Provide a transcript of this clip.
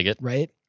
right